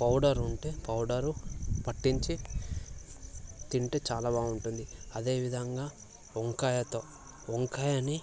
powder ఉంటే powder పట్టించి తింటే చాలా బాగుంటుంది అదే విధంగా వంకాయతో వంకాయని